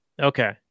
Okay